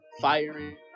firing